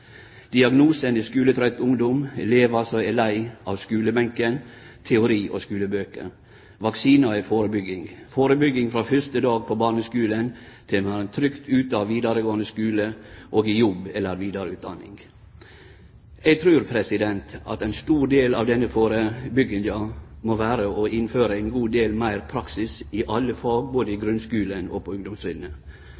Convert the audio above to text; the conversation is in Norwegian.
Diagnosen er skuletrøtt ungdom, elevar som er leie av skulebenken, teori og skulebøker. Vaksinen er førebygging – førebygging frå første dag på barneskulen til ein er trygt ute av vidaregåande skule og i jobb eller vidareutdanning. Eg trur at ein stor del av denne førebygginga må vere å innføre ein god del meir praksis i alle fag både i